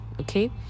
okay